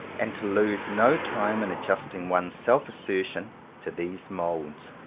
and to lose no time in adjusting one's self-asser tion to these moulds.